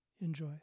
Enjoy